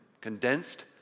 condensed